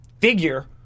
figure